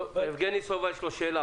אדוני היושב-ראש,